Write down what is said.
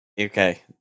okay